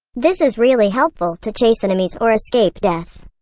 this is really helpful to chase enemies or escape death.